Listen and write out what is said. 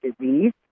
disease